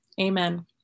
amen